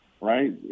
right